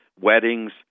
weddings